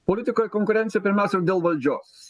politikoj konkurencija pirmiausia dėl valdžios